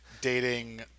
dating